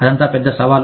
అదంతా పెద్ద సవాలు